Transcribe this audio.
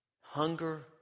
hunger